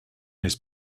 his